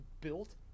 built